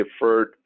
deferred